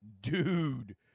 dude